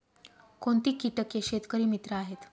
कोणती किटके शेतकरी मित्र आहेत?